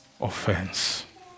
offense